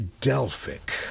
Delphic